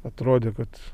atrodė kad